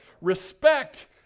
respect